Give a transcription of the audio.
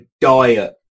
diet